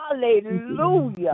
hallelujah